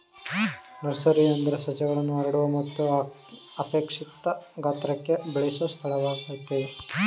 nursery ಅಂದ್ರೆ ಸಸ್ಯಗಳನ್ನು ಹರಡುವ ಮತ್ತು ಅಪೇಕ್ಷಿತ ಗಾತ್ರಕ್ಕೆ ಬೆಳೆಸೊ ಸ್ಥಳವಾಗಯ್ತೆ